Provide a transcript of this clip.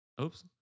oops